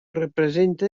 represente